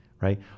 right